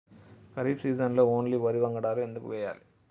ఖరీఫ్ సీజన్లో ఓన్లీ వరి వంగడాలు ఎందుకు వేయాలి?